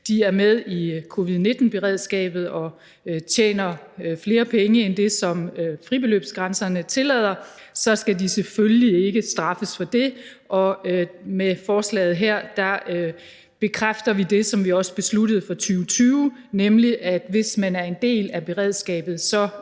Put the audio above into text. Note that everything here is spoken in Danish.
de er med i covid-19-beredskabet og tjener flere penge end det, som fribeløbsgrænserne tillader, så skal de selvfølgelig ikke straffes for det. Med forslaget her bekræfter vi det, som vi også besluttede for 2020, nemlig at hvis man er en del af beredskabet,